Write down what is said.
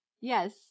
Yes